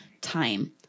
time